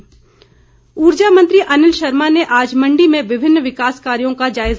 अनिल शर्मा ऊर्जा मंत्री अनिल शर्मा ने आज मण्डी में विभिन्न विकास कार्यों का जायज़ा लिया